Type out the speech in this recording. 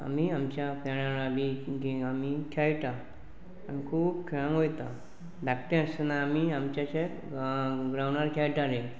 आमी आमच्या खेळला बी गेम आमी खेळटा आनी खूब खेळूंक वयता धाकटें आसतना आमी आमच्याशे ग्रांउंडार खेळटाले